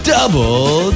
Double